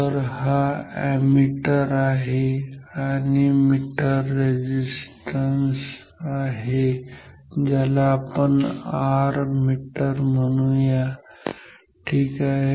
तर हा अॅमीटर आहे आणि मीटर रेझिस्टन्स आहे आपण त्याला Rmeter म्हणूया ठीक आहे